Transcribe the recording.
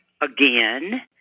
again